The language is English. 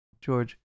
George